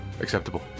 acceptable